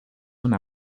una